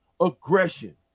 aggression